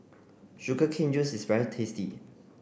sugar cane juice is very tasty